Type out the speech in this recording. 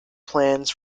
plans